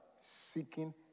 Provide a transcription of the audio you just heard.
seeking